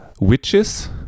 witches